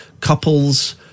Couples